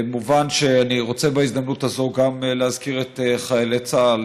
מובן שאני רוצה בהזדמנות הזו גם להזכיר את חיילי צה"ל,